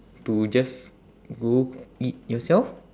to just go eat yourself